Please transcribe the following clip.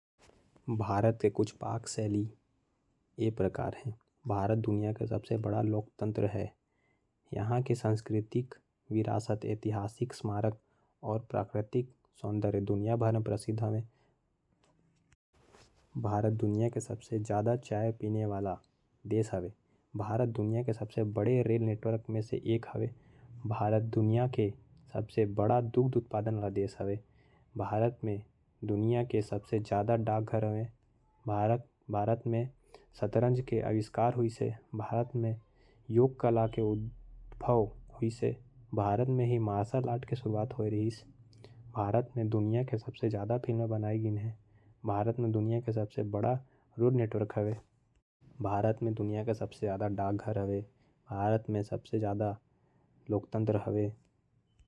भारत दुनिया के सबसे बड़ा लोकतांत्रिक देश है। यहां दुनिया में सबसे ज्यादा चाय पीते। यहां सबसे ज्यादा रेल लाइन है। भारत में हे शतरंज के आविष्कार होल है। भारत एक लोक तांत्रिक देश है। भारत में योग कला के शुरुआत है। भारत में दुनिया के सबसे ज्यादा डाक घर है।